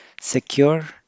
Secure